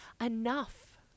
enough